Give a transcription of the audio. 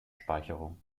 speicherung